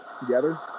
together